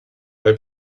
bei